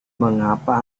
mengapa